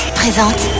présente